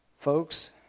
Folks